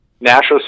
National